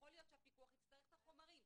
יכול להיות שהפיקוח יצטרך את החומרים.